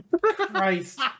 Christ